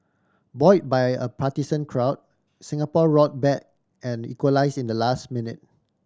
buoy by a partisan crowd Singapore roared back and equalise in the last minute